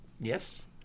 yes